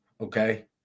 okay